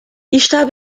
está